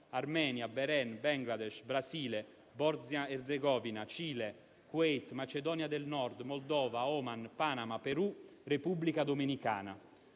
Armenia, Bahrein, Bangladesh, Brasile, Bosnia-Erzegovina, Cile, Kuwait, Macedonia del Nord, Moldova, Oman, Panama, Perù, Repubblica Dominicana;